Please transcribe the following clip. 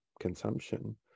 consumption